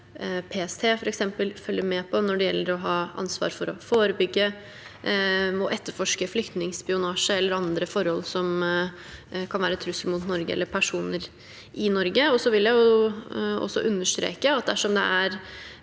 det f.eks. PST følger med på, når det gjelder å ha ansvar for å forebygge og etterforske flyktningspionasje eller andre forhold som kan være trusler mot Norge eller personer i Norge. Jeg vil også understreke at dersom det er